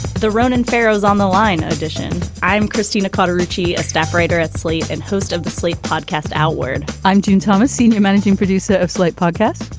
the ronan farrow is on the line ed. i'm christina carter ritchie a staff writer at slate and host of the slate podcast outward i'm dan thomas senior managing producer of slate podcast.